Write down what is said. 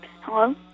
Hello